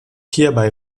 hierbei